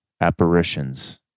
apparitions